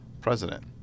president